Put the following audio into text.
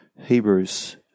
Hebrews